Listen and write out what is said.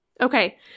Okay